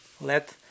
Let